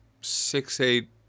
six-eight